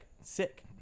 sick